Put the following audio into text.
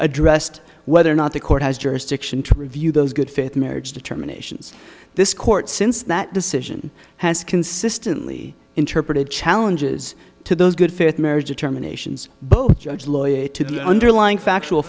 addressed whether or not the court has jurisdiction to review those good faith marriage determinations this court since that decision has consistently interpreted challenges to those good faith marriage of terminations both judge lawyer to the underlying factual